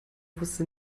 wusste